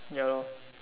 ya lor